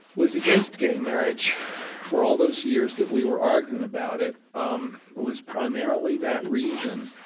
was against gay marriage for all those years that we were arguing about it um was primarily that reason.